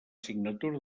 signatura